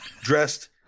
dressed